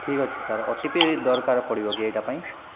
ଠିକ୍ ଅଛି sir O T P ଦରକାର ପଡ଼ିବ ଗେଇଟା ପାଇଁ